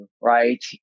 right